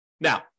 Now